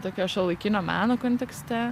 tokio šiuolaikinio meno kontekste